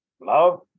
Love